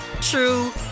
true